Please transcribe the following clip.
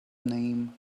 name